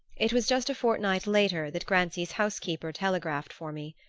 it was just a fortnight later that grancy's housekeeper telegraphed for me.